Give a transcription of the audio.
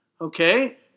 Okay